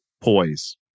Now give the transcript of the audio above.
poise